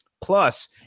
plus